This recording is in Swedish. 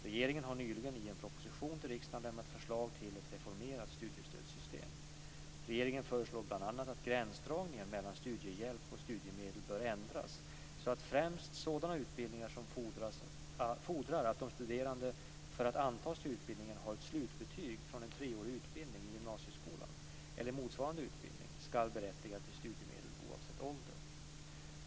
Regeringen har nyligen i en proposition till riksdagen lämnat förslag till ett reformerat studiestödssystem . Regeringen föreslår bl.a. att gränsdragningen mellan studiehjälp och studiemedel bör ändras så att främst sådana utbildningar som fordrar att de studerande för att antas till utbildningen har ett slutbetyg från en treårig utbildning i gymnasieskolan eller motsvarande utbildning ska berättiga till studiemedel oavsett ålder.